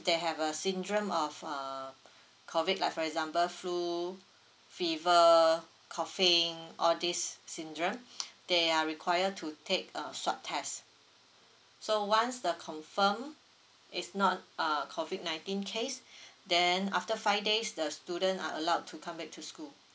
they have a syndrome of uh COVID like for example flu fever coughing all this syndrome they are required to take a swab test so once the confirm it's not uh COVID Nineteen case then after five days the student are allowed to come back to school